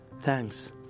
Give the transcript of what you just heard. Thanks